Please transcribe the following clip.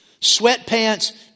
Sweatpants